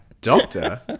doctor